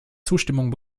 zustimmung